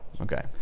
okay